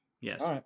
Yes